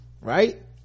right